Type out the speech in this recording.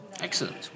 Excellent